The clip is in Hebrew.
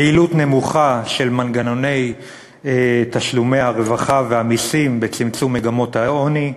יעילות נמוכה של מנגנוני תשלומי הרווחה והמסים בצמצום מגמות העוני,